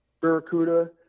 Barracuda